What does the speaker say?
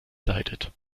leidet